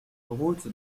route